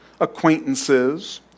acquaintances